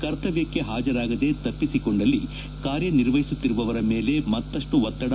ಕರ್ತವ್ಯಕ್ಕೆ ಹಾಜರಾಗದೆ ತಪ್ಪಿಸಿಕೊಂಡಲ್ಲಿ ಕಾರ್ಯನಿರ್ವಹಿಸುತ್ತಿರುವವರ ಮೇಲೆ ಮತ್ತಷ್ಟು ಒತ್ತಡ ಉಂಟಾಗುತ್ತಿದೆ